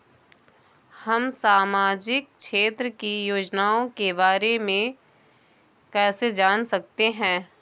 हम सामाजिक क्षेत्र की योजनाओं के बारे में कैसे जान सकते हैं?